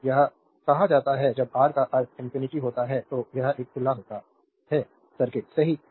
तो यह कहा जाता है जब R का अर्थ इंफिनिटी होता है तो यह एक खुला होता है सर्किट सही